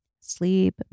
sleep